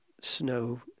snow